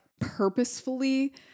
purposefully